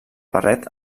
barret